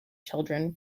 children